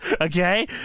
Okay